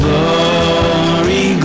Glory